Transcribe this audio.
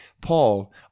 Paul